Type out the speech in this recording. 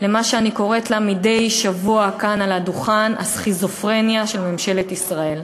למה שאני קוראת לה מדי שבוע כאן על הדוכן: הסכיזופרניה של ממשלת ישראל.